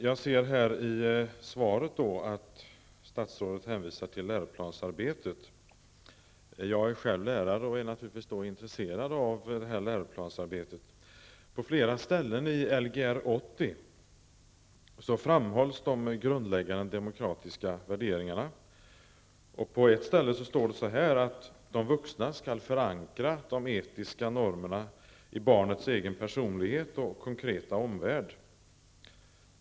Statsrådet hänvisar i svaret till läroplansarbetet. Jag är själv lärare och är naturligtvis intresserad av läroplansarbetet. På flera ställen i Lgr 80 framhålls de grundläggande demokratiska värderingarna. På ett ställe står att de vuxna skall förankra de etiska normerna i barnets egen personlighet och konkreta omvärld.